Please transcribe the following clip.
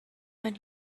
than